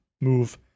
move